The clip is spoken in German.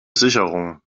sicherung